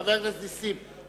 חבר הכנסת נסים,